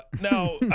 Now